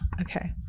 Okay